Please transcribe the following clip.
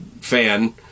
fan